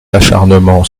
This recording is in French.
acharnement